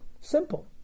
Simple